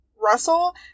Russell